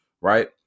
right